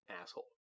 asshole